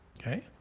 okay